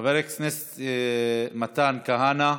חבר הכנסת מתן כהנא.